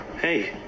Hey